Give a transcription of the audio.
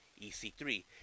EC3